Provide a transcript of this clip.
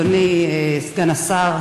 אדוני סגן השר,